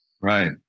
Right